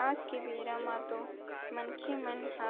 आज के बेरा म तो मनखे मन ह